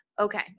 Okay